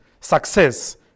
success